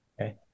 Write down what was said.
Okay